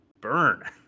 burn